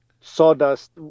sawdust